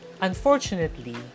unfortunately